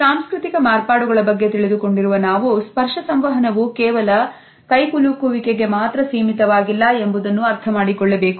ಸಾಂಸ್ಕೃತಿಕ ಮಾರ್ಪಾಡುಗಳ ಬಗ್ಗೆ ತಿಳಿದುಕೊಂಡಿರುವ ನಾವು ಸ್ಪರ್ಶ ಸಂವಹನವು ಕೇವಲ ಕೈಗೊಳ್ಳುವಿಕೆಗೆ ಮಾತ್ರ ಸೀಮಿತವಾಗಿಲ್ಲ ಎಂಬುದನ್ನು ಅರ್ಥಮಾಡಿಕೊಳ್ಳಬೇಕು